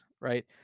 Right